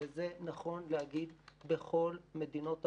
וזה נכון להגיד על כל מדינות המערב.